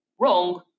wrong